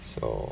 so